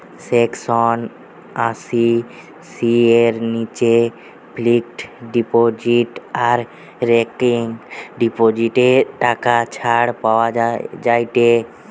section আশি C এর নিচে ফিক্সড ডিপোজিট আর রেকারিং ডিপোজিটে টাকা ছাড় পাওয়া যায়েটে